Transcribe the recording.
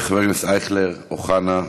חבר הכנסת אייכלר, אוחנה.